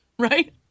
right